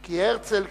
כי הרצל קרָאָנו.